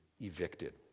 evicted